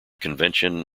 convention